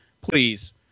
Please